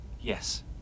Yes